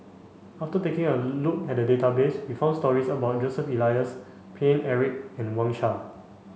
after taking a look at the database we found stories about Joseph Elias Paine Eric and Wang Sha